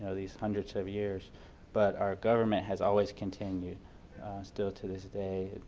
ah these hundreds of years but our government has always continued still to this day,